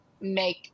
make